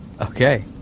Okay